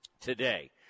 today